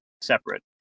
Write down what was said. separate